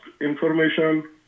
information